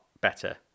better